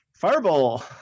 fireball